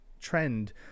trend